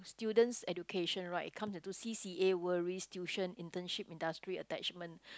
students' education right comes into C_C_A worries tuition internship industrial attachment